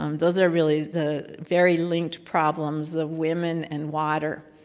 um those are really the very linked problems the women and water.